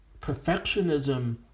perfectionism